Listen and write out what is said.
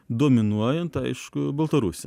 dominuojant aišku baltarusia